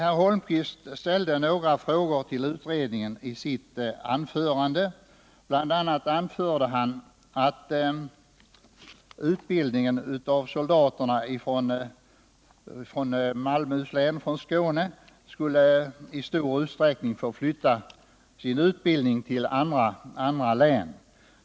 Eric Holmqvist ställde i sitt anförande några frågor till utredningen. Bl. a. sade han att soldaterna från Skåne i stor utsträckning skulle få sin utbildning förflyttad till andra län.